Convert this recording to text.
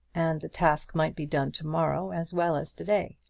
and the task might be done to-morrow as well as to-day.